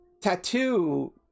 tattoo